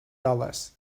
dollars